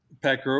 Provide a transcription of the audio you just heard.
Pat